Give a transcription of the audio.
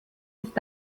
ist